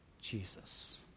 Jesus